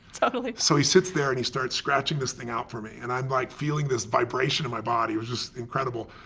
totally. so he sits there and he starts scratching this thing out for me, and i'm like feeling this vibration in my body, it was just incredible.